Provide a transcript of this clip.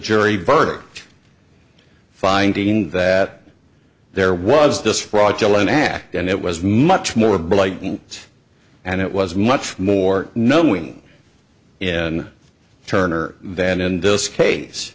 jury verdict finding that there was this fraudulent act and it was much more blatant and it was much more knowing in turner than and this case